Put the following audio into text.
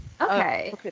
Okay